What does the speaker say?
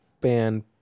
band